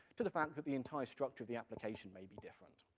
to the fact that the entire structure of the application may be different.